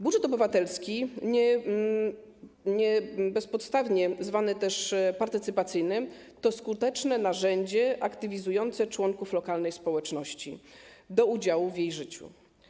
Budżet obywatelski, niebezpodstawnie zwany też partycypacyjnym, to skuteczne narzędzie aktywizujące członków lokalnej społeczności do udziału w jej życiu.